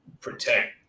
protect